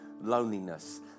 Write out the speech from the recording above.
loneliness